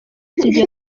studio